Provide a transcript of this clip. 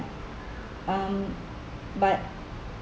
um but